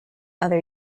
other